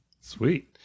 Sweet